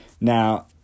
Now